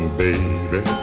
baby